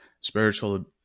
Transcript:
spiritual